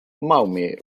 maumee